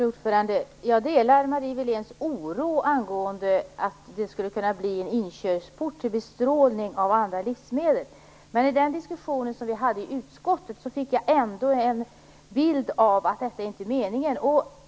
Herr talman! Jag delar Marie Wiléns oro för att det skulle kunna bli en inkörsport till bestrålning av andra livsmedel. Men i den diskussion som vi hade i utskottet fick jag ändå en bild av att detta inte är meningen.